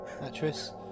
actress